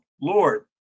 Lord